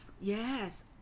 Yes